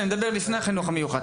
מטבע הדברים,